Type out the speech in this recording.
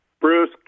Bruce